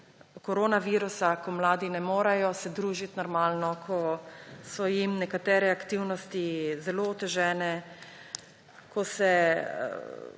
koronavirusa, ko se mladi ne morejo družiti normalno, ko so jim nekatere aktivnosti zelo otežene, ko se